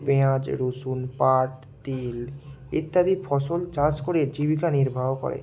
পেঁয়াজ রসুন পাট তিল ইত্যাদি ফসল চাষ করে জীবিকা নির্বাহ করে